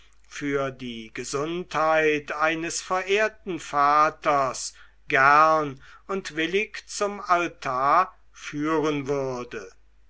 für die gesundheit eines verehrten vaters gern und willig zum altar führen würde